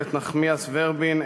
איילת נחמיאס ורבין,